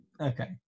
Okay